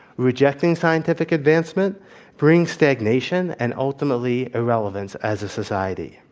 rejecting scientific advancement brings stagnation, and ultimately, irrelevance as a society.